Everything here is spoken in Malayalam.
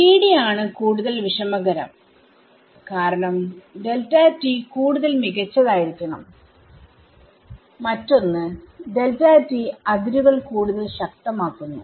3D ആണ് കൂടുതൽ വിഷമകരം കാരണം കൂടുതൽ മികച്ചതായിരിക്കണം മറ്റൊന്ന് അതിരുകൾ കൂടുതൽ ശക്തമാകുന്നു